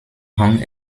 rang